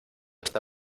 esta